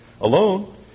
alone